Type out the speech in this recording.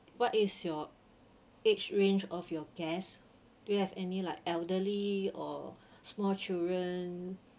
what is your age range of your guests do you have any like elderly or small children